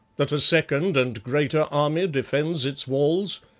that a second and greater army defends its walls?